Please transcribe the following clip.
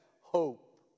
hope